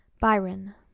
Byron